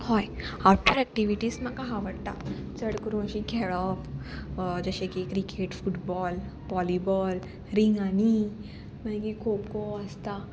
हय outdoor activities म्हाका आवडटा चड करून अशी खेळप जशें की क्रिकेट फुटबॉल वॉलीबॉल रिंगांनी मागीर खो खो आसता